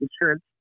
insurance